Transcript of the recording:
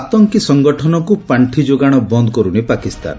ଆତଙ୍କୀ ସଙ୍ଗଠନକୁ ପାର୍ଷି ଯୋଗାଣ ବନ୍ଦ୍ କର୍ରନି ପାକିସ୍ତାନ